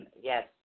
Yes